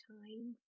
time